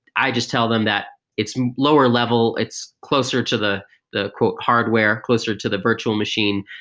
i just tell them that it's lower-level. it's closer to the the hardware, closer to the virtual machine,